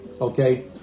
okay